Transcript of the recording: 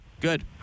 Good